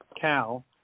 Cal